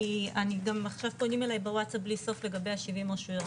כי עכשיו פונים אליי בווטסאפ בלי סוף לגבי ה-70 רשויות.